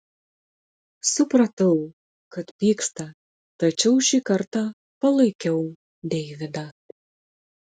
supratau kad pyksta tačiau šį kartą palaikiau deividą